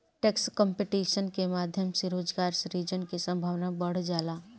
tax competition के माध्यम से रोजगार सृजन के संभावना बढ़ जाला